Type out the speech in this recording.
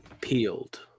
peeled